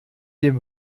dem